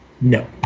No